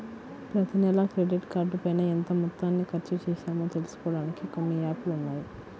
ప్రతినెలా క్రెడిట్ కార్డుపైన ఎంత మొత్తాన్ని ఖర్చుచేశామో తెలుసుకోడానికి కొన్ని యాప్ లు ఉన్నాయి